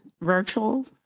virtual